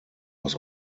was